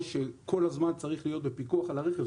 או שכל הזמן צריך להיות בפיקוח על הרכב,